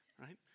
right